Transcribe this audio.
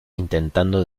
intentando